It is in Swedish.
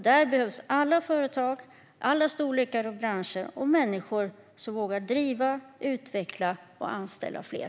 Där behövs alla företag, i alla storlekar och branscher, och människor som vågar driva och utveckla dem och anställa fler.